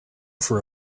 for